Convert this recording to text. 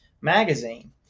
magazine